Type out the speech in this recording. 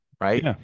right